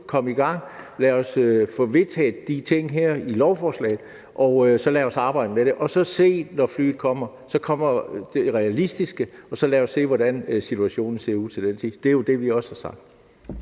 komme i gang, lad os få vedtaget de her ting i lovforslaget, og lad os så arbejde med det og se, hvordan det er, når flyene kommer. Så vil det være realistisk, og så kan vi se på, hvordan situationen ser ud til den tid. Det er jo også det, vi har sagt.